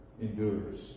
endures